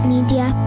Media